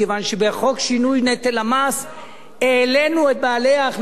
שבחוק שינוי נטל המס העלינו את מס ההכנסה של בעלי